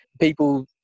people